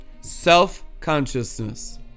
self-consciousness